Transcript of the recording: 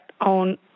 on